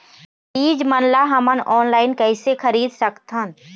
बीज मन ला हमन ऑनलाइन कइसे खरीद सकथन?